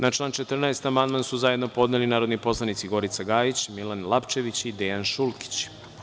Na član 14. amandman su zajedno podneli narodni poslanici Gorica Gajić, Milan Lapčević i Dejan Šulkić.